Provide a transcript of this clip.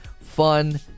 fun